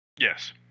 Yes